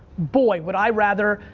boy, would i rather,